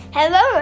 Hello